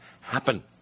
happen